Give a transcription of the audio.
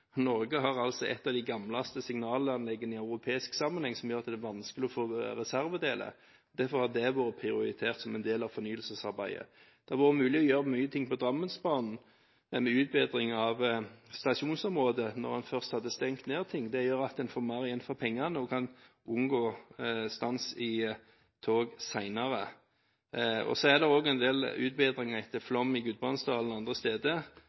Norge har et av de eldste signalanleggene i europeisk sammenheng, noe som gjør at det er vanskelig å få reservedeler. Derfor har det vært prioritert som en del av fornyelsesarbeidet. Det hadde vært mulig å gjøre mye på Drammensbanen, men en utbedring av stasjonsområdet – når man først hadde stengt ned ting – gjør at man får mer igjen for pengene og kan unngå stans i tog senere. Det er også en del utbedringer etter flom i Gudbrandsdalen og andre steder